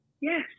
Yes